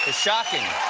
ah shocking.